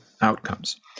outcomes